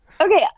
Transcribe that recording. Okay